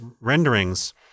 renderings